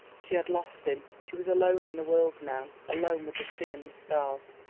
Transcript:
she had lost him she was alone in the world now alone with the sea and the stars.